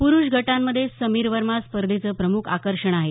पुरुषा गटामध्ये समीर वर्मा स्पर्धेचं प्रम्ख आकर्षण आहे